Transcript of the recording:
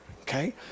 Okay